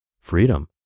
freedom